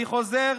אני חוזר: